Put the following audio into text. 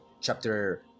chapter